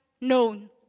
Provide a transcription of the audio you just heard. known